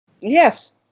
Yes